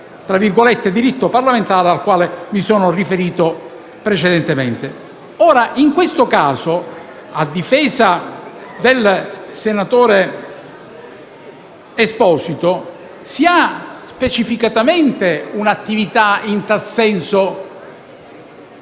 Stefano Esposito, si ha specificatamente un'attività in tal senso